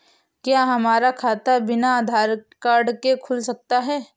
क्या हमारा खाता बिना आधार कार्ड के खुल सकता है?